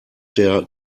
der